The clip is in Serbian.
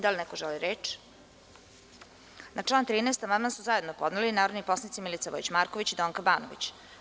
Da li neko želi reč? (Ne) Na član 13. amandman su zajedno podneli narodni poslanici Milica Vojić Marković i Donka Banović.